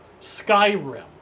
Skyrim